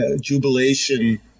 jubilation